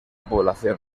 población